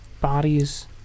bodies